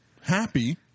Happy